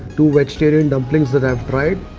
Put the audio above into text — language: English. two vegetarian dumplings that i've tried.